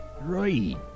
Right